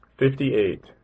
Fifty-eight